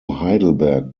heidelberg